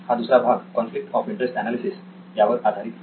हा दुसरा भाग कॉन्फ्लिक्ट ऑफ इंटरेस्ट एनालिसिस यावर आधारित आहे